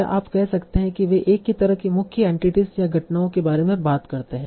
या आप कह सकते हैं कि वे एक ही तरह की मुख्य एंटिटीस या घटनाओं के बारे में बात करते हैं